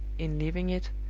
in leaving it,